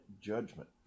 judgment